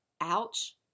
Ouch